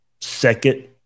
second